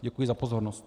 Děkuji za pozornost.